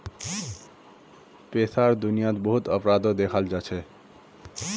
पैसार दुनियात बहुत अपराधो दखाल जाछेक